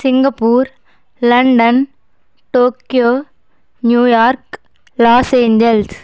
Singapore London Tokyo New York Los Angeles